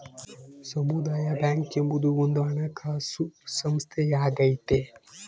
ಸಮುದಾಯ ಬ್ಯಾಂಕ್ ಎಂಬುದು ಒಂದು ಹಣಕಾಸು ಸಂಸ್ಥೆಯಾಗೈತೆ